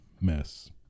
mess